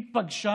היא פגשה